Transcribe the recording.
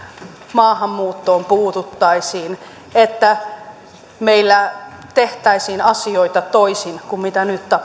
maahanmuuttoon puututtaisiin että meillä tehtäisiin asioita toisin kuin mitä nyt